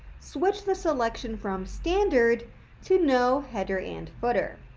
switch the selection from standard to no header and footer.